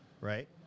right